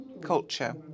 culture